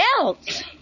else